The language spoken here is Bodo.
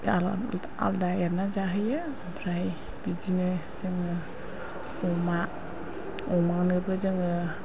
आलदा एरनानै जाहैयो ओमफ्राय बिदिनो जोङो अमा अमानोबो जोङो